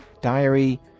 diary